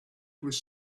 was